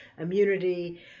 immunity